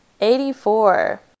Eighty-four